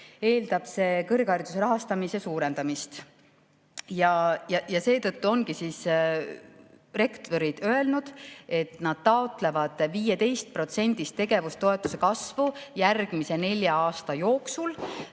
eeldab kõrghariduse rahastamise suurendamist. Seetõttu ongi rektorid öelnud, et nad taotlevad 15%‑list tegevustoetuse kasvu järgmise nelja aasta jooksul.